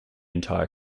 entire